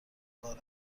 کار